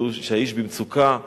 ידעו שהאיש במצוקה.